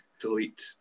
delete